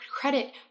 credit